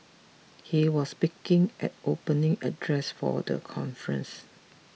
he was speaking at opening address for the conference